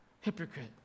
hypocrite